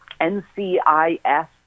NCIS